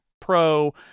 Pro